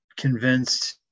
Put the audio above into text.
convinced